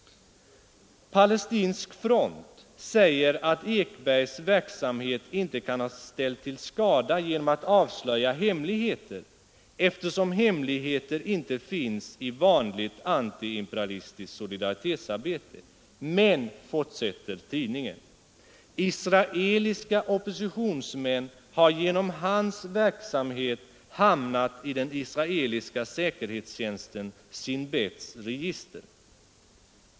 Palestinsk front säger att Ekbergs verksamhet inte kan ha ställt till skada genom att avslöja ”hemligheter”, eftersom hemligheter inte finns i vanligt antiimperialistiskt solidaritetsarbete. Men fortsätter tidningen, ”israeliska oppositionsmän har genom hans verksamhet hamnat i den israeliska säkerhetstjänsten Shin Beths register”.